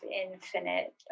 infinite